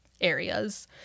areas